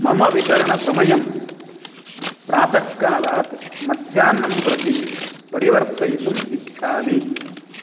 मम वितरणसमयं प्रातःकालात् मध्याह्नं प्रति परिवर्तयितुम् इच्छामि